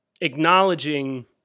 acknowledging